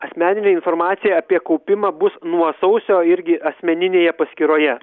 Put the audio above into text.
asmeninė informacija apie kaupimą bus nuo sausio irgi asmeninėje paskyroje